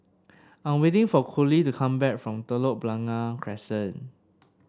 I'm waiting for Coley to come back from Telok Blangah Crescent